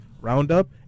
roundup